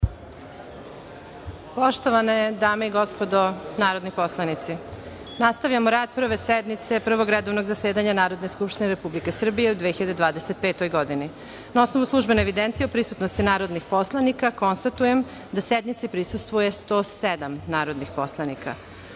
Poštovane dame i gospodo narodni poslanici, nastavljamo rad Prve sednice Prvog redovnog zasedanja Narodne skupštine Republike Srbije u 2025. godini. Na osnovu službene evidencije o prisutnosti narodnih poslanika, konstatujem da sednici prisustvuju 107 narodnih poslanika. Radi